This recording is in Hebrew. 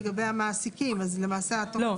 לגבי המעסיקים אז למעשה לא,